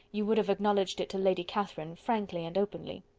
you would have acknowledged it to lady catherine, frankly and openly.